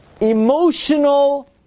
emotional